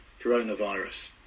coronavirus